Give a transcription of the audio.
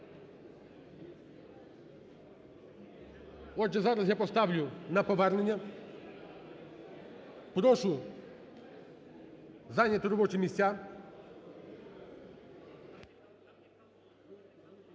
Отже, зараз я поставлю на повернення, прошу зайняти робочі місця.